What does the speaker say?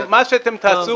מה שאתם תעשו,